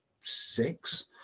six